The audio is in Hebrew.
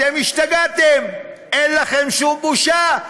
אתם השתגעתם, אין לכם שום בושה.